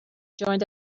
joined